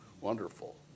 Wonderful